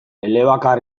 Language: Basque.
elebakar